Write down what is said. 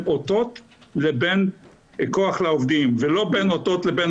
אותות לבין כוח לעובדים ולא בין אותות לבין